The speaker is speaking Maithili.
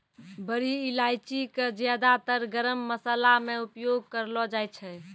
बड़ी इलायची कॅ ज्यादातर गरम मशाला मॅ उपयोग करलो जाय छै